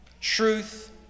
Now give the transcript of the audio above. truth